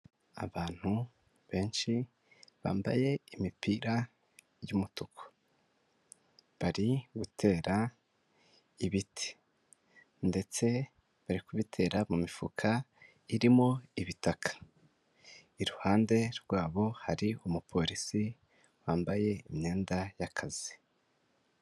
Abantu benshi bambaye imipira y'umutuku bari gutera ibiti ndetse bari kubitera mumifuka irimo ibitaka iruhande rwabo hari umupolisi wambaye imyenda y'akazi.